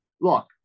look